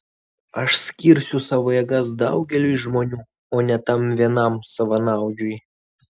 aš skirsiu savo jėgas daugeliui žmonių o ne tam vienam savanaudžiui